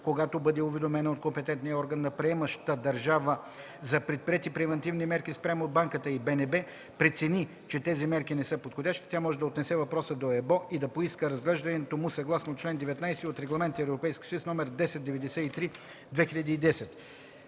„Когато бъде уведомена от компетентния орган на приемаща държава за предприети превантивни мерки спрямо банката и БНБ прецени, че тези мерки не са подходящи, тя може да отнесе въпроса до ЕБО и да поиска разглеждането му съгласно чл. 19 от Регламент (ЕС) № 1093/2010.”